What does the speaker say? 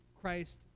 Christ